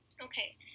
Okay